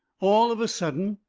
all of a sudden,